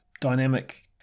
dynamic